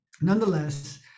nonetheless